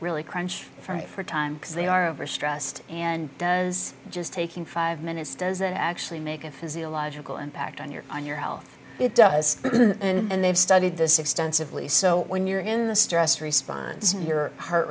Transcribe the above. really crunch for time because they are overstressed and does just taking five minutes doesn't actually make a physiological impact on your on your health it does and they've studied this extensively so when you're in the stress response and your heart